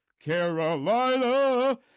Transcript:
Carolina